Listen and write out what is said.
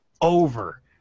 over